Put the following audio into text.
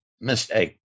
mistake